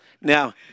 Now